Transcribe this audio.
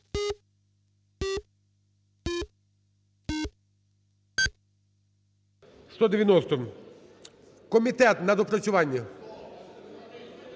комітет на доопрацювання.